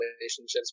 relationships